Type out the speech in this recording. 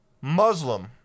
Muslim